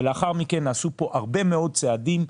ולאחר מכן נעשו פה הרבה מאוד צעדים,